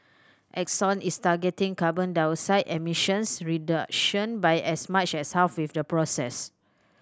Exxon is targeting carbon dioxide emissions reduction by as much as half with the process